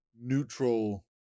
neutral